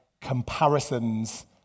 comparisons